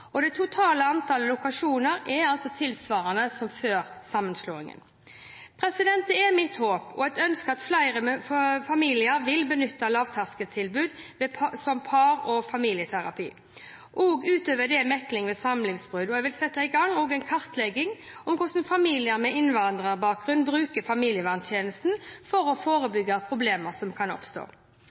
mekling. Det totale antall lokasjoner er tilsvarende som før sammenslåingene. Det er mitt håp og ønske at flere familier vil benytte lavterskeltilbudet om par- og familieterapi, også utover mekling ved samlivsbrudd, og jeg vil også sette i gang en kartlegging av hvordan familier med innvandrerbakgrunn bruker familieverntjenesten for å forebygge problemer som kan oppstå.